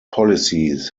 policies